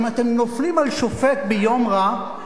אם אתם נופלים על שופט ביום רע,